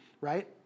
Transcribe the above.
right